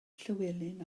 llywelyn